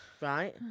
right